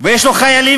ויש לו חיילים,